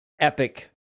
epic